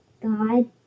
God